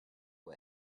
way